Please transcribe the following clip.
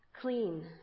Clean